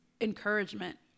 encouragement